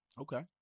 Okay